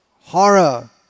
horror